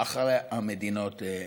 אחרי המדינות הללו.